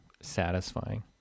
satisfying